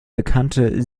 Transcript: bekannte